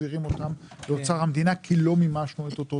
מחזירים אותם לאוצר המדינה כי לא מימשנו את אותו תקציב.